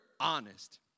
honest